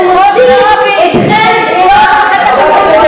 הוא מוציא אתכם מהשפיות שלכם.